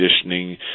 conditioning